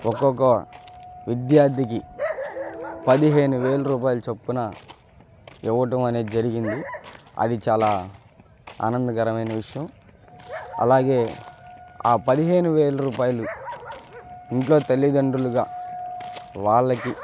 ఒక్కొక్క విద్యార్థికి పదిహేను వేలు రూపాయలు చొప్పున ఇవ్వడమనేది జరిగింది అది చాలా ఆనందకరమైన విషయం అలాగే ఆ పదిహేను వేలు రూపాయలు ఇంట్లో తల్లిదండ్రులుగా వాళ్ళకి